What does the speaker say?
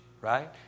right